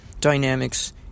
dynamics